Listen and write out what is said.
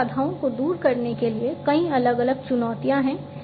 इन बाधाओं को दूर करने के लिए कई अलग अलग चुनौतियां हैं